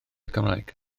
cymraeg